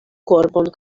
korbon